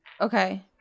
Okay